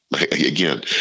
Again